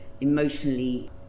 emotionally